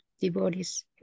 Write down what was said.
devotees